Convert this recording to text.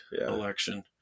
election